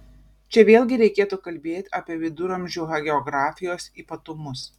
čia vėlgi reikėtų kalbėti apie viduramžių hagiografijos ypatumus